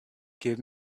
give